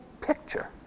picture